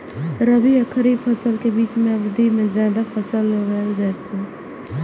रबी आ खरीफ फसल के बीच के अवधि मे जायद फसल उगाएल जाइ छै